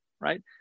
right